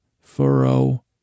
furrow